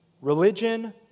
religion